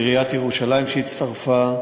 עיריית ירושלים הצטרפה.